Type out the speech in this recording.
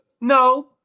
No